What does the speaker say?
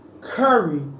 Curry